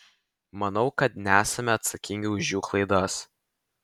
manau kad nesame atsakingi už jų klaidas